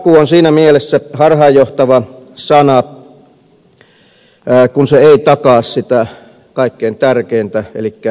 takuu on siinä mielessä harhaanjohtava sana kun se ei takaa sitä kaikkein tärkeintä elikkä työpaikkaa